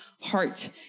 heart